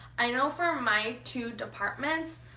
i know for my two departments,